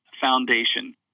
Foundation